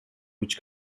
which